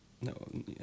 no